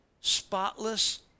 spotless